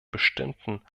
bestimmten